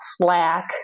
Slack